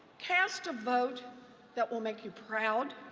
cast a vote that will make you proud.